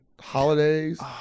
holidays